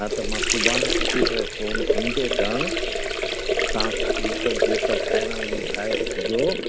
हा त मां सुभाणे अची करे सोन खणी थो अचां तव्हांखे जेको बि पेपर ठाहीणा हुजनि ठाहे वठिजो